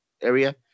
area